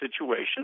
situation